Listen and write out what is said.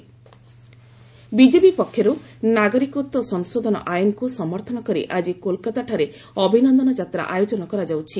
ଅଭିନନ୍ଦନ ଯାତ୍ରା ବିଜେପି ପକ୍ଷରୁ ନାଗରିକତ୍ୱ ସଂଶୋଧନ ଆଇନକୁ ସମର୍ଥନ କରି ଆଜି କୋଲକତାଠାରେ ଅଭିନନ୍ଦନ ଯାତ୍ରା ଆୟୋଜନ କରାଯାଉଛି